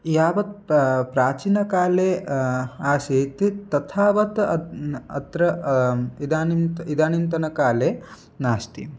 यावत् पा प्राचीनकाले आसीत् तथा तथावत् अतः न अत्र इदानीं तत् इदानीन्तनकाले नास्ति